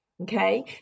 Okay